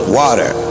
water